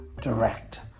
direct